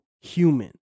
human